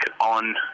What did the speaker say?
on